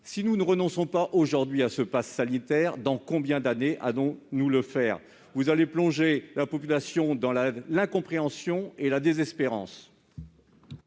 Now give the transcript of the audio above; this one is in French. Si nous ne renonçons pas aujourd'hui à ce passe sanitaire, dans combien d'années allons-nous le faire ? Vous allez plonger la population dans l'incompréhension et la désespérance.